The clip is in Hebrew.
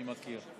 אני מכיר.